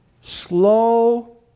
slow